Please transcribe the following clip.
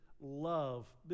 love